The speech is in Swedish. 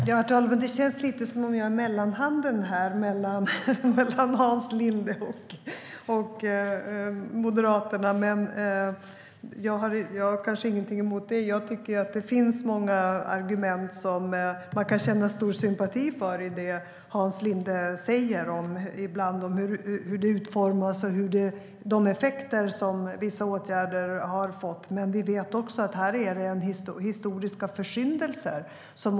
Herr talman! Det känns lite som att jag är mellanhanden här mellan Hans Linde och Moderaterna. Jag har kanske ingenting emot det. Det finns många argument som man kan känna stor sympati för i det Hans Linde säger om hur det ibland utformas och de effekter som vissa åtgärder har fått. Vi vet också att det är historiska försyndelser.